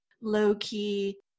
low-key